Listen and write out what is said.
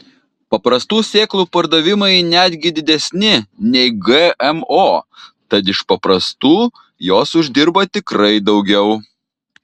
paprastų sėklų pardavimai netgi didesni nei gmo tad iš paprastų jos uždirba tikrai daugiau